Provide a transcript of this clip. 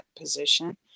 position